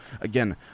again